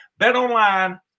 BetOnline